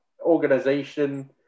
organization